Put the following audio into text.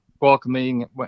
welcoming